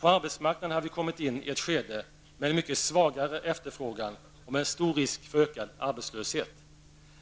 På arbetsmarknaden har vi kommit in i ett skede med en mycket svagare efterfrågan och med en stor risk för ökad arbetslöshet.